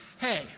hey